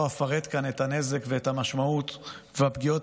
לא אפרט כאן את הנזק ואת המשמעות והפגיעות